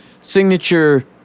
signature